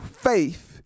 faith